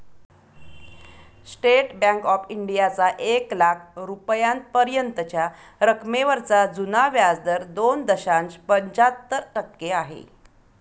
state bank of इंडियाचा एक लाख रुपयांपर्यंतच्या रकमेवरचा जुना व्याजदर दोन दशांश पंच्याहत्तर टक्के आहे